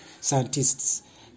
scientists